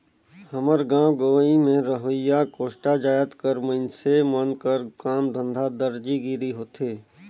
हमर गाँव गंवई में रहोइया कोस्टा जाएत कर मइनसे मन कर काम धंधा दरजी गिरी होथे